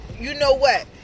you-know-what